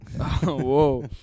Whoa